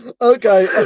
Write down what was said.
Okay